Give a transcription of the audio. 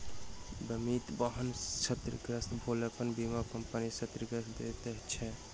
बीमित वाहन क्षतिग्रस्त भेलापर बीमा कम्पनी क्षतिपूर्ति दैत छै